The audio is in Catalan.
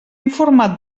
informat